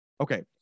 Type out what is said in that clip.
Okay